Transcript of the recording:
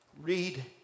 Read